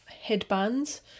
Headbands